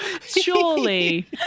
Surely